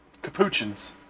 capuchins